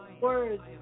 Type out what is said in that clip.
words